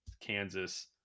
Kansas